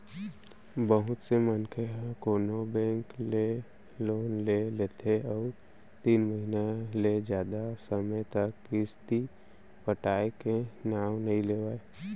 बहुत से मनसे ह कोनो बेंक ले लोन ले लेथे अउ तीन महिना ले जादा समे तक किस्ती पटाय के नांव नइ लेवय